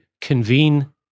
convene